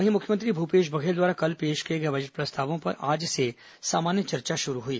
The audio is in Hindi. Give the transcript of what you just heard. वहीं मुख्यमंत्री भूपेश बघेल द्वारा कल पेश किए गए बजट प्रस्तावों पर आज से सामान्य चर्चा शुरू हुई